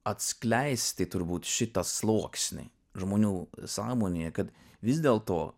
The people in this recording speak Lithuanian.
atskleisti turbūt šitą sluoksnį žmonių sąmonėje kad vis dėl to